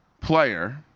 player